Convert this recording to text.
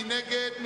מי נגד?